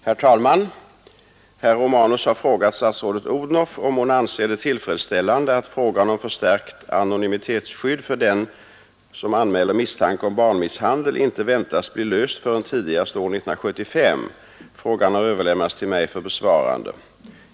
Herr talman! Herr Romanus har frågat statsrådet Odhnoff om hon anser det tillfredsställande att frågan om förstärkt anonymitetsskydd för dem som anmäler misstanke om barnmisshandel inte väntas bli löst förrän tidigast år 1975. Frågan har överlämnats till mig för besvarande.